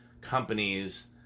companies